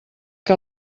que